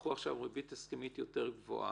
ייקחו עכשיו ריבית הסכמית יותר גבוהה,